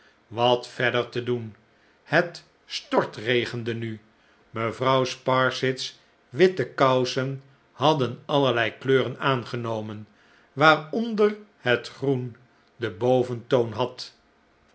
wat verder te doen het stortregende nu mevrouw sparsit's witte kousen hadden allerlei kleuren aangenomen waaronder het groen den boventoon had